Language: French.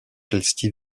rachel